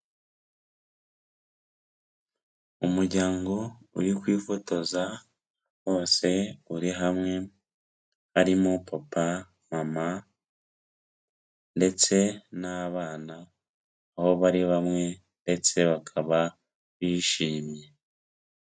Umuryango uri kwifotoza wose uri hamwe, harimo papa, mama ndetse n'abana, aho bari bamwe ndetse bakaba bishimye.